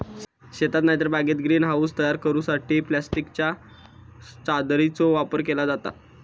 शेतात नायतर बागेत ग्रीन हाऊस तयार करूसाठी प्लास्टिकच्या चादरीचो वापर केलो जाता